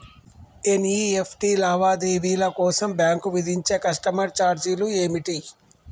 NEFT లావాదేవీల కోసం bank విధించే కస్టమర్ ఛార్జీలు ఏమిటి?